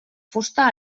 fusta